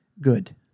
good